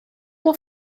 will